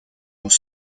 dans